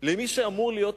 למי שאמור להיות מנהיג,